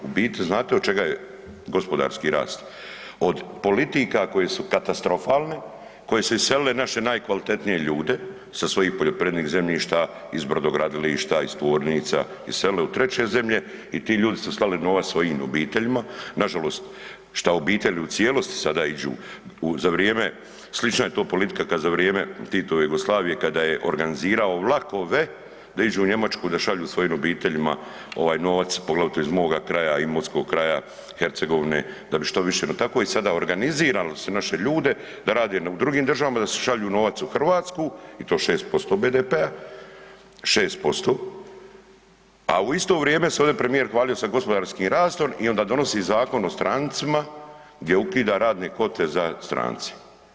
U biti znate od čega je gospodarski rast, od politika koje su katastrofalne, koje su iselile naše najkvalitetnije ljude sa svojih poljoprivrednih zemljišta, iz brodogradilišta, iz tvornica, iselili u treće zemlje i ti ljudi su slali novac svojim obiteljima, nažalost šta obitelji u cijelosti sada iđu za vrijeme, slična je to politika kad za vrijeme Titove Jugoslavije kada je organizirao vlakove da iđu u Njemačku da šalju svojim obiteljima ovaj novac poglavito iz moga kraja, Imotskog kraja, Hercegovine da bi što više, tako i sada organizirano se naše ljude da rade u drugim državama, da šalju u Hrvatsku i to 6% BDP-a, 6%, a u isto vrijeme se ovde premijer hvalio sa gospodarskim rastom i onda donosi Zakon o strancima gdje ukida radne kvote za strance.